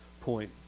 point